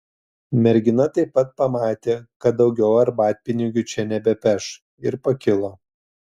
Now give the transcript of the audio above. mergina taip pat pamatė kad daugiau arbatpinigių čia nebepeš ir pakilo